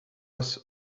was